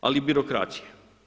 Ali i birokracije.